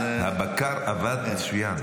אז --- הבקר עבד מצוין,